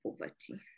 poverty